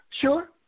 Sure